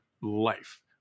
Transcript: life